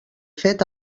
fet